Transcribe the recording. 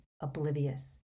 oblivious